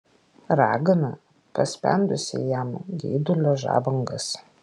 ragana paspendusi jam geidulio žabangas